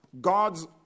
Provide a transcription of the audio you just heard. God's